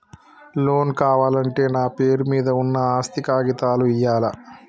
Loan కావాలంటే నా పేరు మీద ఉన్న ఆస్తి కాగితాలు ఇయ్యాలా?